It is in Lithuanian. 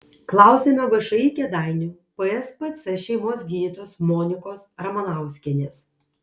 klausiame všį kėdainių pspc šeimos gydytojos monikos ramanauskienės